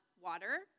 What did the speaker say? water